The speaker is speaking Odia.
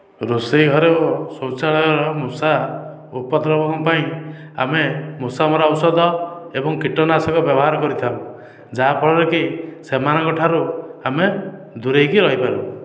ରୋଷେଇ ଘର ଓ ଶୌଚାଳୟରେ ମୂଷା ଉପଦ୍ରବଣ ପାଇଁ ଆମେ ମୂଷା ମରା ଔଷଧ ଏବଂ କୀଟନାଶକ ବ୍ୟବହାର କରିଥାଉ ଯାହା ଫଳରେ କି ସେମାନଙ୍କ ଠାରୁ ଆମେ ଦୂରେଇକି ରହିପାରୁ